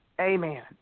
amen